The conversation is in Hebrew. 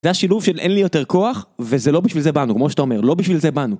זה היה שילוב של אין לי יותר כוח, וזה לא בשביל זה באנו, כמו שאתה אומר, לא בשביל זה באנו.